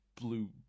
blue